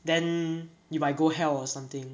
then you might go hell or something